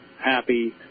happy